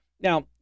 Now